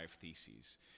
Theses